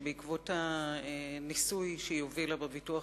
שבעקבות הניסוי המוצלח שהובילה בביטוח